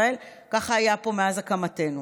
ככה היה פה מאז הקמתנו.